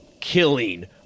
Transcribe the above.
killing